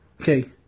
Okay